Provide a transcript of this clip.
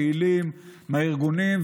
פעילים מהארגונים,